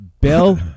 Bill